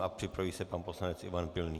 A připraví se pan poslanec Ivan Pilný.